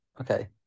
okay